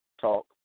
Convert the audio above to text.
talk